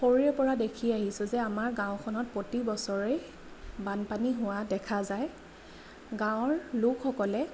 সৰুৰে পৰা দেখি আহিছোঁ যে আমাৰ গাঁওখনত প্ৰতি বছৰেই বানপানী হোৱা দেখা যায় গাঁৱৰ লোকসকলে